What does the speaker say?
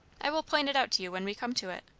i will point it out to you when we come to it.